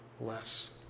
less